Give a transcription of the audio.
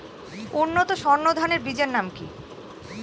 উন্নত সর্ন ধান বীজের নাম কি?